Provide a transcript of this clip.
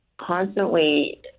constantly